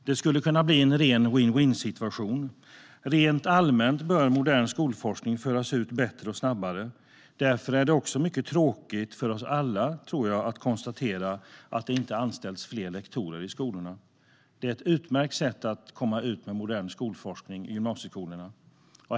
Det skulle kunna bli en ren vinn-vinnsituation. Rent allmän bör modern skolforskning föras ut bättre och snabbare. Därför är det också mycket tråkigt för oss alla att konstatera att det inte anställts fler rektorer i skolorna, eftersom det är ett utmärkt sätt att komma ut med modern skolforskning i gymnasieskolorna.